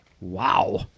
wow